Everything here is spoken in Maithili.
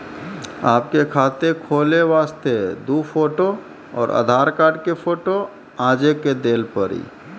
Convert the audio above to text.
आपके खाते खोले वास्ते दु फोटो और आधार कार्ड के फोटो आजे के देल पड़ी?